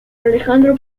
alejandro